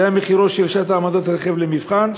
זה היה מחירה של שעת העמדת רכב למבחן,